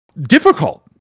difficult